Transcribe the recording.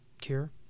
cure